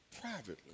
privately